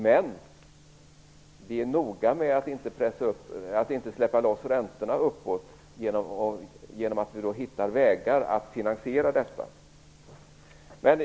Men vi är noga med att inte släppa loss räntorna uppåt, utan vi skall hitta vägar att finansiera detta.